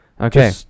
Okay